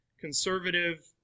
conservative